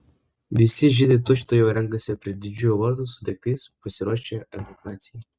visi žydai tučtuojau renkasi prie didžiųjų vartų su daiktais pasiruošę evakuacijai